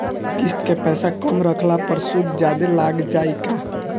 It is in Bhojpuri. किश्त के पैसा कम रखला पर सूद जादे लाग जायी का?